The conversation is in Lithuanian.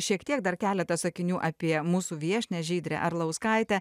šiek tiek dar keletą sakinių apie mūsų viešnią žydrę arlauskaitę